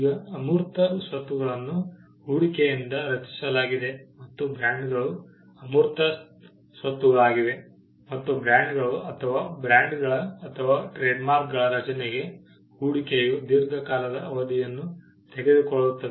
ಈಗ ಅಮೂರ್ತ ಸ್ವತ್ತುಗಳನ್ನು ಹೂಡಿಕೆಯಿಂದ ರಚಿಸಲಾಗಿದೆ ಮತ್ತು ಬ್ರಾಂಡ್ಗಳು ಅಮೂರ್ತ ಸ್ವತ್ತುಗಳಾಗಿವೆ ಮತ್ತು ಬ್ರ್ಯಾಂಡ್ಗಳು ಅಥವಾ ಬ್ರ್ಯಾಂಡ್ಗಳ ಅಥವಾ ಟ್ರೇಡ್ಮಾರ್ಕ್ಗಳ ರಚನೆಗೆ ಹೂಡಿಕೆಯು ದೀರ್ಘಕಾಲದ ಅವಧಿಯನ್ನು ತೆಗೆದುಕೊಳ್ಳುತ್ತದೆ